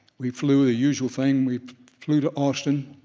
we flew the usual thing, we flew to austin,